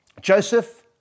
Joseph